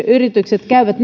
yritykset käyvät